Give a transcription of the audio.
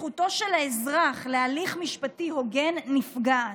וזכותו של האזרח להליך משפטי הוגן נפגעת.